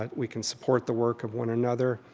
but we can support the work of one another.